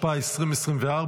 התשפ"ה 2024,